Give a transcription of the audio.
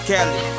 Kelly